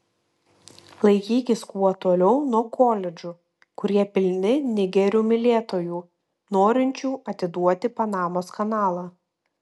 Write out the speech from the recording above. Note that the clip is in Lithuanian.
laikykis kuo toliau nuo koledžų kurie pilni nigerių mylėtojų norinčių atiduoti panamos kanalą